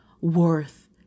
worth